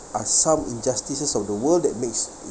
are some injustices of the world that makes